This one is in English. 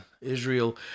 Israel